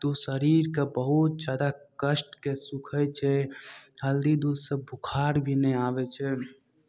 दूध शरीरके बहुत ज्यादा कष्टकेँ सोखै छै हल्दी दूधसँ बुखार भी नहि आबै छै